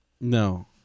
No